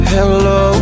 Hello